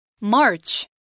March